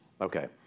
okay